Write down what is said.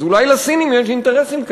אז אולי לסינים יש אינטרסים כאלה,